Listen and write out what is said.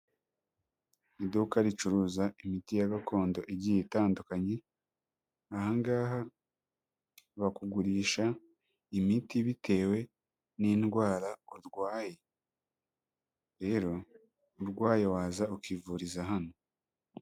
Iduka ricuruza imiti ya gakondo igiye itandukanye, aha ngaha bakugurisha imiti bitewe n'indwara urwaye. Rero, urwaye waza ukivuriza hano.